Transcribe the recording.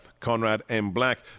ConradMBlack